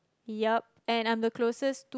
yup I'm closest to